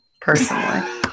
personally